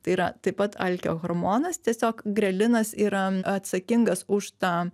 tai yra taip pat alkio hormonas tiesiog grelinas yra atsakingas už tą